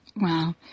Wow